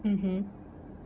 mmhmm